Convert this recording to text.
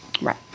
Right